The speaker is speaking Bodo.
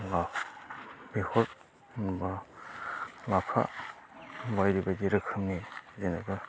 बेसर लाफा बायदि बायदि रोखोमनि जेनेबा